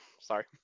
Sorry